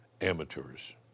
amateurs